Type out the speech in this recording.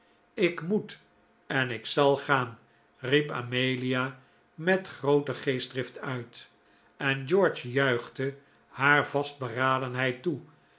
ik moet en ik zal gaan riep amelia met groote geestdrift uit en george juichte haar vastberadenheid toe